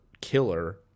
killer